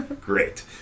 Great